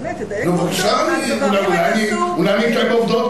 באמת, תדייק בעובדות.